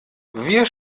wir